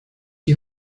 die